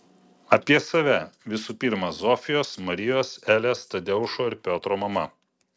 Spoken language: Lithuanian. apie save visų pirma zofijos marijos elės tadeušo ir piotro mama